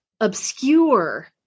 obscure